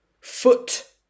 FOOT